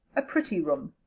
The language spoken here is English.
a pretty room.